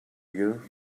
you